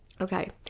Okay